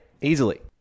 easily